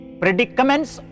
predicaments